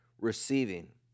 receiving